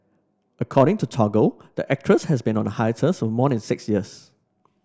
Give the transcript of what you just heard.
according to Toggle the actress has been on a hiatus more than six years